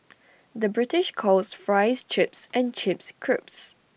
the British calls Fries Chips and Chips Crisps